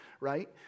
right